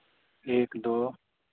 एक दो